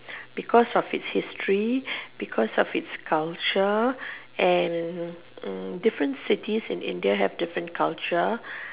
because of its history because of its culture and mm different cities in India have different culture